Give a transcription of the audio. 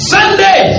Sunday